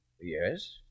Yes